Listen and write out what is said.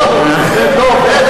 עכשיו אתה מגיע, דובי?